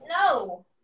no